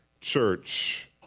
church